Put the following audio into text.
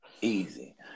Easy